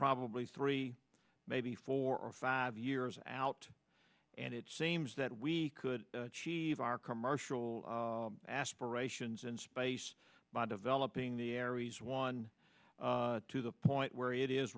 probably three maybe four or five years out and it seems that we could achieve our commercial aspirations in space by developing the aries one to the point where it is